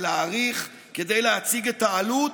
ולהאריך כדי להציג את העלות.